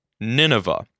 Nineveh